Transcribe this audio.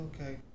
okay